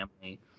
family